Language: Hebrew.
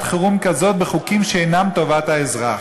חירום כזאת בחוקים שאינם טובת האזרח?